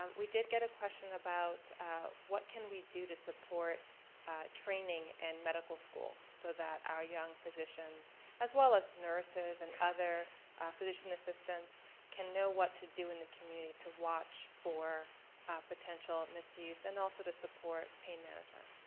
um we did get a question about what can we do to support training in and medical schools so that our young physicians as well as nurses and others physician assistants can know what to do in the community to watch for potential misuse and also to support pain management?